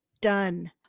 Done